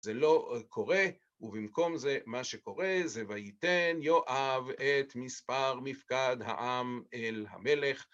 זה לא קורה, ובמקום זה, מה שקורה זה ויתן יואב את מספר מפקד העם אל המלך.